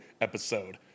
episode